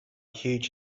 huge